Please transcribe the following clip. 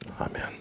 Amen